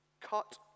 cut